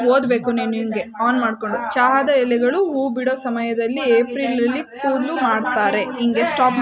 ಚಹಾದ ಎಲೆಗಳು ಹೂ ಬಿಡೋ ಸಮಯ್ದಲ್ಲಿ ಏಪ್ರಿಲ್ನಲ್ಲಿ ಕೊಯ್ಲು ಮಾಡ್ತರೆ